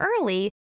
early